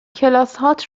کلاسهات